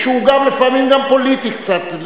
שהוא לפעמים גם קצת פוליטי,